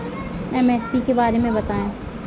MSP के बारे में बतायें?